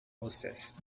hoses